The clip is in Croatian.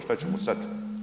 Što ćemo sad?